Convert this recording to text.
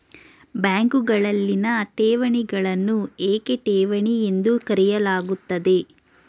ಬ್ಯಾಂಕುಗಳಲ್ಲಿನ ಠೇವಣಿಗಳನ್ನು ಏಕೆ ಠೇವಣಿ ಎಂದು ಕರೆಯಲಾಗುತ್ತದೆ?